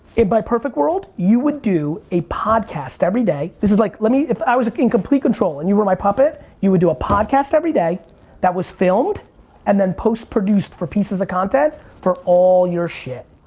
in my perfect world, you would do a podcast every day, this is like, let me, if i was a getting complete control and you were my puppet you would do a podcast every day that was filmed and then post produced for pieces of content for all your shit.